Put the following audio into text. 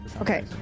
Okay